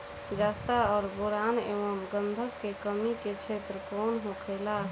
जस्ता और बोरान एंव गंधक के कमी के क्षेत्र कौन होखेला?